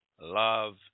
love